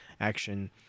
action